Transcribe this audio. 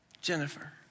Jennifer